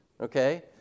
okay